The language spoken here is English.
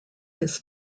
his